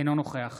אינו נוכח